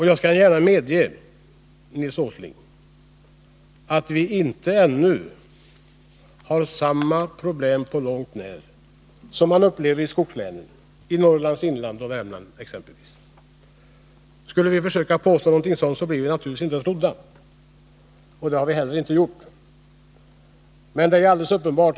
Jag skall gärna medge, Nils Åsling, att vi ännu inte har på långt när samma problem som de man upplever i skogslänen, exempelvis i Norrlands inland och i Värmland. Skulle vi försöka påstå något sådant blir vi naturligtvis inte trodda, och det har vi inte heller gjort.